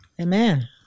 Amen